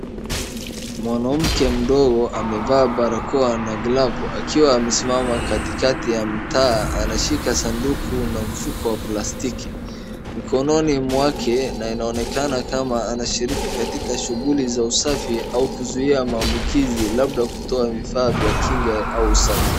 Mwanamke mdogo amevaa barakoa na glavu akiwa anasimama katikati ya mtaa anashika sanduku na mfuko wa plastiki mkononi mwake na inaonekana kama anashiriki katika shughuli za usafi au kuzuia maambukizi labda kutoa vifaa vya kinga au usafi.